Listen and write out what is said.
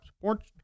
Sports